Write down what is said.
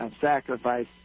sacrifice